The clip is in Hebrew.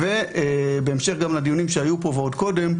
ובהמשך לדיונים שהיו פה ועוד קודם,